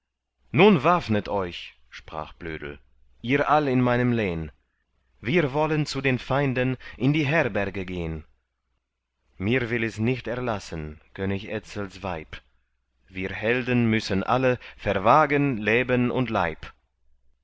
nun waffnet euch sprach blödel ihr all in meinem lehn wir wollen zu den feinden in die herberge gehn mir will es nicht erlassen könig etzels weib wir helden müssen alle verwagen leben und leib